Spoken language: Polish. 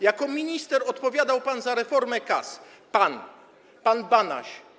Jako minister odpowiadał pan za reformę KAS, pan i pan Banaś.